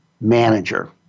manager